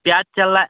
प्याज़ चल रहा है